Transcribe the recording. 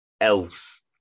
else